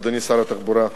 אדוני שר התחבורה,